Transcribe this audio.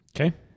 okay